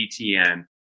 BTN